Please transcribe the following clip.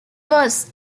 was